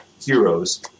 heroes